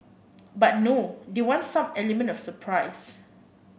but no they want some element of surprise